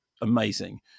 amazing